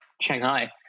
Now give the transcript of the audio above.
shanghai